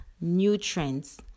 nutrients